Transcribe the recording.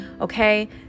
okay